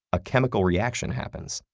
a chemical reaction happens,